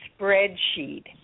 spreadsheet